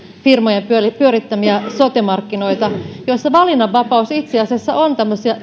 firmojen pyörittämiä sote markkinoita joilla valinnanvapaus itse asiassa on